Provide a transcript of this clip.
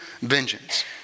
vengeance